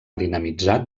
dinamitzar